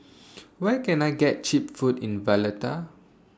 Where Can I get Cheap Food in Valletta